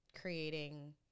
creating